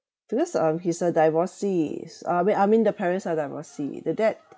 because um he's a divorcee s~ uh wait I mean the parents are divorcee the dad